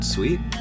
Sweet